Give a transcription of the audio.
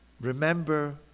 Remember